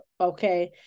okay